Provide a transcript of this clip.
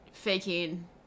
Faking